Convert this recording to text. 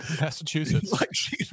Massachusetts